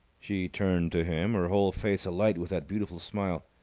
she turned to him, her whole face alight with that beautiful smile.